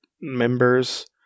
members